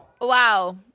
Wow